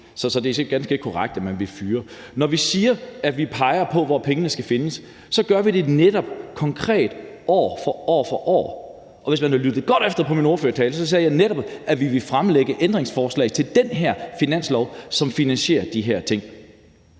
Så det er ganske enkelt ikke korrekt, at man vil fyre nogen. Når vi siger, at vi peger på, hvor pengene skal findes, gør vi det netop konkret år for år, og hvis man har lyttet godt efter til min ordførertale, ville man have hørt, at jeg netop sagde, at vi vil fremlægge ændringsforslag til den her finanslov, som finansierer de her ting.